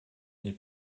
les